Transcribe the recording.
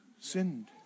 sinned